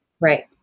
Right